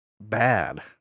bad